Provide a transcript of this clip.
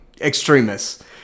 extremists